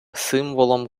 символом